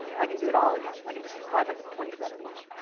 i can do it all again. i can just do slides like twenty seven again.